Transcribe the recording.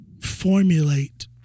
formulate